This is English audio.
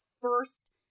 first